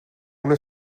una